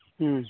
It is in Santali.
ᱦᱮᱸ